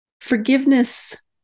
forgiveness